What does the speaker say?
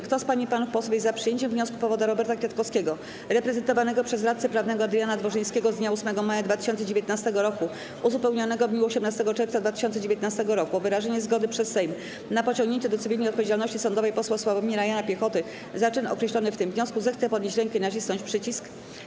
Kto z pań i panów posłów jest za przyjęciem wniosku powoda Roberta Kwiatkowskiego reprezentowanego przez radcę prawnego Adriana Dworzyńskiego z dnia 8 maja 2019 r., uzupełnionego w dniu 18 czerwca 2019 r., o wyrażenie zgody przez Sejm na pociągnięcie do cywilnej odpowiedzialności sądowej posła Sławomira Jana Piechoty za czyn określony w tym wniosku, zechce podnieść rękę i nacisnąć przycisk.